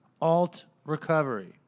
alt-recovery